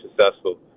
successful